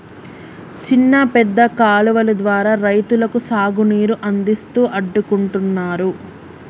చిన్న పెద్ద కాలువలు ద్వారా రైతులకు సాగు నీరు అందిస్తూ అడ్డుకుంటున్నారు